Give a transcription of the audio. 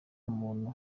muntu